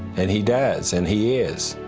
and he does. and he is.